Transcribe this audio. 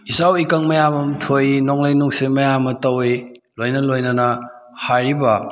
ꯏꯆꯥꯎ ꯏꯀꯪ ꯃꯌꯥꯝ ꯑꯃ ꯊꯣꯛꯏ ꯅꯣꯡꯂꯩ ꯅꯨꯡꯁꯤꯠ ꯃꯌꯥꯝ ꯑꯃ ꯇꯧꯏ ꯂꯣꯏꯅ ꯂꯣꯏꯅꯅ ꯍꯥꯏꯔꯤꯕ